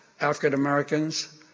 African-Americans